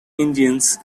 engines